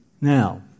Now